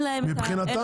אין להם הנחה.